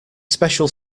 special